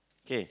okay